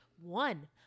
One